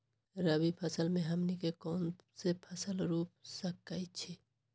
रबी फसल में हमनी के कौन कौन से फसल रूप सकैछि?